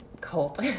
cult